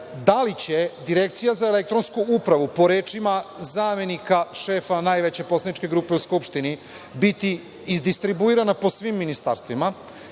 li će Direkcija za elektronsku upravu, po rečima zamenika šefa najveće poslaničke grupe u Skupštini, biti izdistribuirana po svim ministarstvima